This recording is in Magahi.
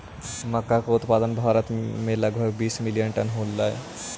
मक्का का उत्पादन भारत में लगभग बीस मिलियन टन होलई